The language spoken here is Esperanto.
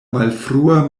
malfrua